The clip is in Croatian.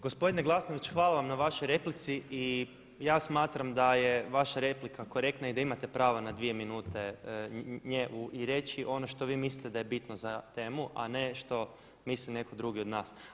Gospodine Glasnović hvala vam na vašoj replici i ja smatram da je vaša replika korektna i da imate pravo na dvije minute nje i reći ono što vi mislite da je bitno za temu, a ne što misli netko drugi od nas.